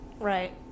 right